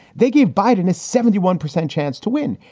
they gave biden a seventy one percent chance to win.